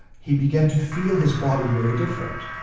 he began to feel his body very different.